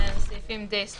סעיפים רגילים, את אומרת.